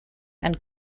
and